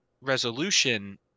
resolution